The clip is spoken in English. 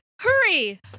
Hurry